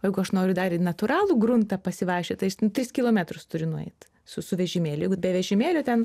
o jeigu aš noriu dar į natūralų gruntą pasivaikščiot tai aš ten tris kilometrus turi nueit su su vežimėliu jei be vežimėlio ten